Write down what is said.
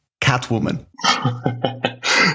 Catwoman